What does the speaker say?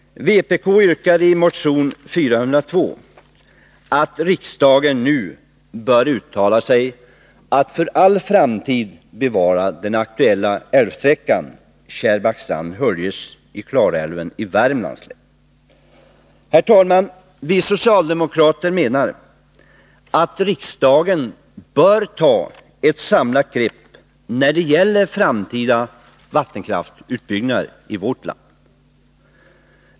Vpk yrkar i motion 402 att riksdagen nu bör uttala sig för att för all framtid bevara den aktuella älvsträckan Kärrbackstrand-Höljes i Klarälven i Värmlands län. Herr talman! Vi socialdemokrater menar att riksdagen bör ta ett samlat grepp när det gäller framtida vattenkraftsutbyggnader i vårt land.